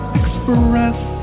express